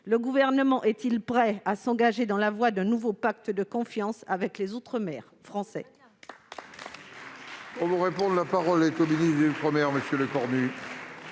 Le Gouvernement est-il prêt à s'engager dans la voie d'un nouveau pacte de confiance avec les outre-mer français ?